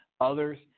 others